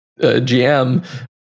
GM